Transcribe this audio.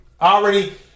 Already